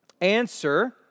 Answer